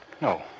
No